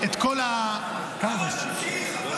לא, תמשיך, חבל.